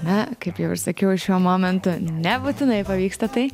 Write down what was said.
na kaip jau ir sakiau šiuo momentu nebūtinai pavyksta tai